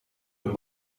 het